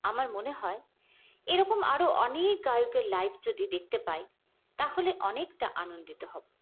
আমার মনে হয় এরকম আরও অনেক গায়কের লাইফ যদি দেখতে পাই তাহলে অনেকটা আনন্দিত হব